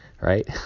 right